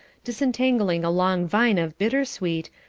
disentangling a long vine of bitter-sweet,